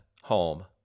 home